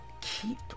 keep